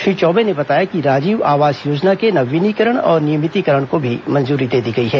श्री चौबे ने बताया कि राजीव आवास योजना के नवीनीकरण और नियमितीकरण को भी मंजूरी दी गई है